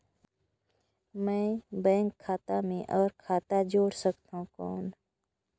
मैं बैंक खाता मे और खाता जोड़ सकथव कौन?